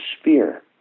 sphere